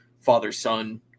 father-son